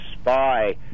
spy